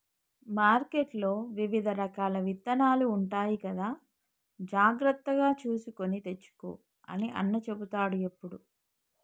మార్కెట్లో వివిధ రకాల విత్తనాలు ఉంటాయి కదా జాగ్రత్తగా చూసుకొని తెచ్చుకో అని అన్న చెపుతాడు ఎప్పుడు